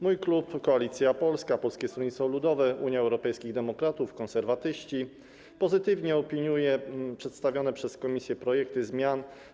Mój klub Koalicja Polska - Polskie Stronnictwo Ludowe, Unia Europejskich Demokratów, Konserwatyści pozytywnie opiniuje przedstawione przez komisję projekty zmian.